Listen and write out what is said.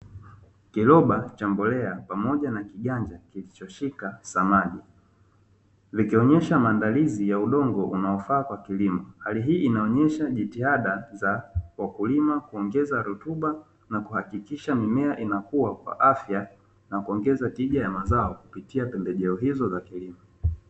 Kiroba cha mbolea pamoja na kiganja kilichoshika samadi, vikionyesha maandalizi ya udongo unaofaa kwa kilimo. Hali hii inaonyesha jitihada za wakulima kuongeza rutuba na kuhakikisha mimea inakuwa kwa afya na kuongeza tija ya mazao kupitia pembejeo hizo.